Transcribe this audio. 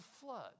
flood